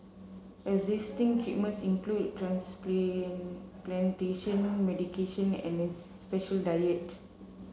existing treatments include medication and special diets